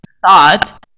thought